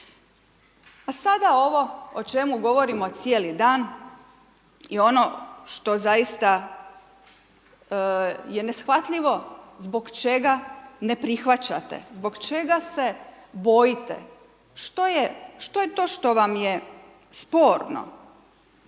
A sada ovo o čemu govorimo cijeli dan i ono što zaista je neshvatljivo zbog čega ne prihvaćate, zbog čega se bojite, što je to što vam je sporno,